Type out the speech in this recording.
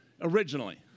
originally